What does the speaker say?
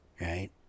right